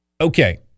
Okay